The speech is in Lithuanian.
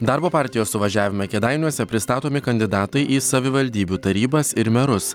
darbo partijos suvažiavime kėdainiuose pristatomi kandidatai į savivaldybių tarybas ir merus